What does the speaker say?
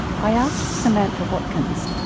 i asked samantha watkins,